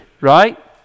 right